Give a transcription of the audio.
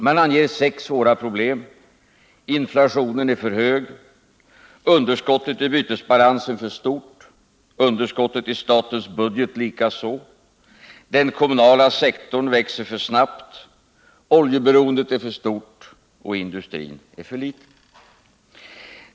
Man anger sex svåra problem: inflationen är för hög, underskottet i bytesbalansen för stort, underskottet i statens budget likaså, den kommunala sektorn växer för snabbt, oljeberoendet är för stort och industrin alltför liten.